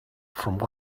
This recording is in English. from